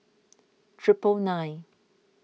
triple nine